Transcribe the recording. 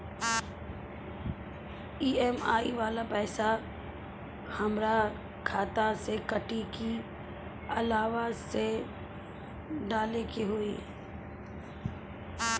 EMI वाला पैसा हाम्रा खाता से कटी की अलावा से डाले के होई?